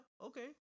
Okay